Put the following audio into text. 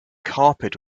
carpet